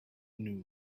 knew